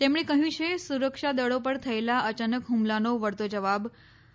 તેમણે કહ્યું છે સુરક્ષા દળો પર થયેલાં અચાનક હુમલાનો વળતો જવાબ આપ્યો હતો